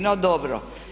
No dobro.